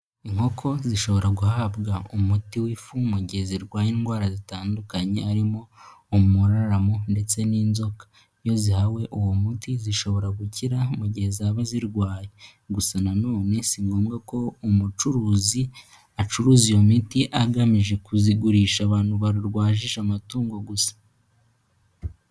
Inkoko zishobora guhabwa umuti w'ifu mu gihe zirwaye indwara zitandukanye, harimo umuraramo ndetse n'inzoka. Iyo zihawe uwo muti zishobora gukira mu gihe zaba zirwaye, gusa nanone si ngombwa ko umucuruzi acuruza iyo miti agamije kuzigurisha abantu barwajije amatungo gusa.